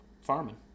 farming